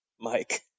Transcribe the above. Mike